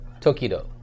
Tokido